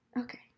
Okay